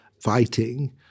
fighting